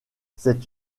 c’est